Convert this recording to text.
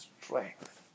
strength